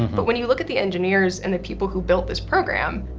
but when you look at the engineers and the people who built this program,